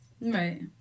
Right